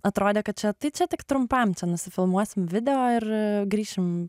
atrodė kad čia tai čia tik trumpam čia nusifilmuosim video ir grįšim